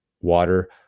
water